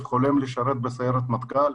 חולם לשרת בסיירת מטכ"ל,